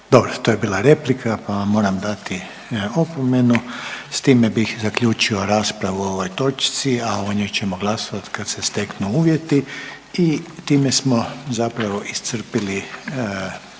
Dobro, to je bila replika pa vam moram dati opomenu. S time bih zaključio raspravu o ovoj točci, a o njoj ćemo glasovati kad se steknu uvjeti i time smo zapravo iscrpili